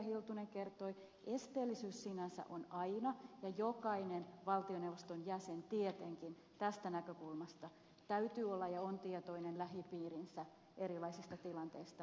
hiltunen kertoi esteellisyys sinänsä on aina ja jokaisen valtioneuvoston jäsenen tietenkin tästä näkökulmasta täytyy olla ja hän on tietoinen lähipiirinsä erilaisista tilanteista